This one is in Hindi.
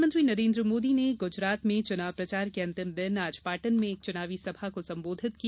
प्रधानमंत्री नरेन्द्र मोदी ने गुजरात में चुनाव प्रचार के अंतिम दिन आज पाटन में एक चुनावी सभा को संबोधित किया